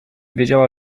wiedziała